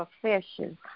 profession